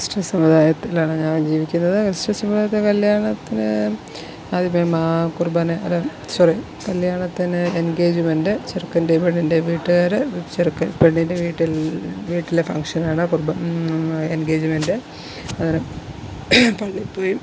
Christian സമുദായത്തിലാണ് ഞാൻ ജീവിക്കുന്നത് ക്രിസ്റ്റിയൻ സമുദായത്തെ കല്ല്യാണത്തിന് അതിപ്പം കുർബാന സോറി കല്ല്യാണത്തിന് എൻഗേജ്മെൻറ്റ് ചെറുക്കൻ്റെയും പെണ്ണിൻ്റെയും വീട്ടുകാർ ചെറുക്കൻ പെണ്ണിൻ്റെ വീട്ടിൽ നിന്ന് വീട്ടിലെ ഫങ്ക്ഷനാണ് അപ്പം എൻഗേജ്മെൻറ്റ് അത് പള്ളിയിൽ പോയി